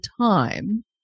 time